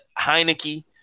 Heineke